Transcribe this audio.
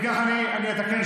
אם כך, אני אתקן שוב.